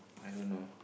I don't know